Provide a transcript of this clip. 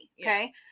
okay